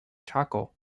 chaco